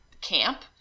camp